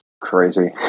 crazy